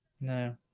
No